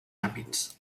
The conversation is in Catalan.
ràpids